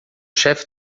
chefe